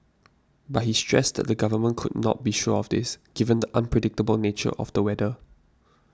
but he stressed that the Government could not be sure of this given the unpredictable nature of the weather